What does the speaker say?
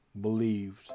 believed